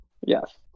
Yes